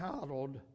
titled